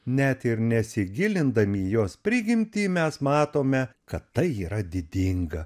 net ir nesigilindami į jos prigimtį mes matome kad tai yra didinga